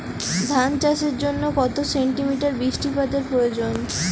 ধান চাষের জন্য কত সেন্টিমিটার বৃষ্টিপাতের প্রয়োজন?